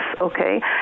okay